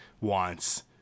wants